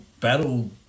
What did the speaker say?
battle